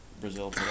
Brazil